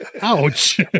ouch